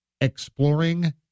exploring